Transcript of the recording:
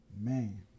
Man